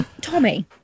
Tommy